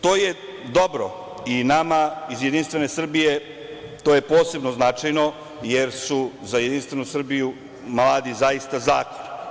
To je dobro, i nama iz Jedinstvene Srbije je to posebno značajno jer su za Jedinstvenu Srbiju mladi zaista zakon.